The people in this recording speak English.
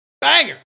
Banger